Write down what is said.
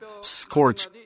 scorch